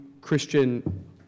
Christian